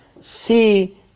See